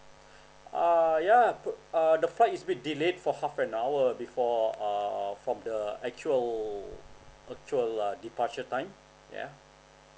uh ya uh the flight is been delayed for half an hour before err from the actual actual uh departure time yeah